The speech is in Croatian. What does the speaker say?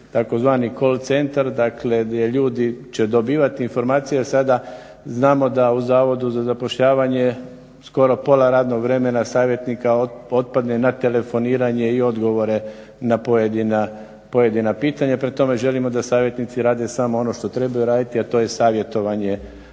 tzv. call centar, dakle gdje ljudi će dobivati informacije jer sada znamo da u Zavodu za zapošljavanje skoro pola radnog vremena savjetnika otpadne na telefoniranje i odgovore na pojedina pitanja. Prema tome želimo da savjetnici rade samo ono što trebaju raditi, a to je savjetovanje